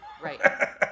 Right